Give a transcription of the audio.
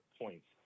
points